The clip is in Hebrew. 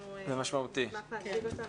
אנחנו נשמח להציג אותו.